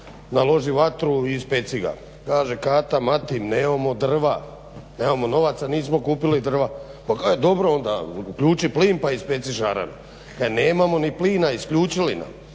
naloži vatru i ispeci ga. Kaže Kata Mati nemamo drva, nemamo novaca nismo kupili drva. Pa kaže dobro onda uključi plin pa ispeci šarana. Kaže, nemamo ni plina isključili nam.